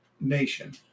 nation